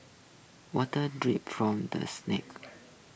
water drips from the snacks